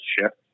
shift